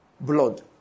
blood